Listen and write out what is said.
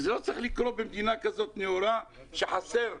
וזה לא צריך לקרות במדינה כזו נאורה שיש חוסר של